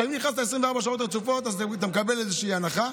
כשאתה נכנס ל-24 שעות רצופות אתה מקבל איזושהי הנחה,